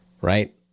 right